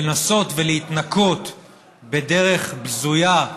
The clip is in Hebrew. לנסות ולהתנקות בדרך בזויה,